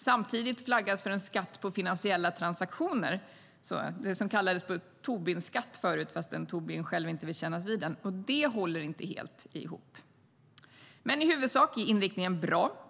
Samtidigt flaggas för en skatt på finansiella transaktioner - det som tidigare kallades Tobinskatt fastän Tobin själv inte ville kännas vid den. Det håller inte helt ihop. Men i huvudsak är inriktningen bra.